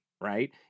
right